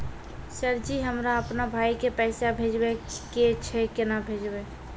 Sir ji हमरा अपनो भाई के पैसा भेजबे के छै, केना भेजबे?